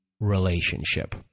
relationship